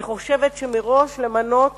אני חושבת שמראש למנות